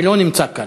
שלא נמצא כאן,